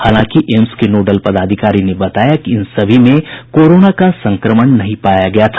हालांकि एम्स के नोडल पदाधिकारी ने बताया कि इन सभी में कोरोना का संक्रमण नहीं पाया गया था